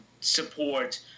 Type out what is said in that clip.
support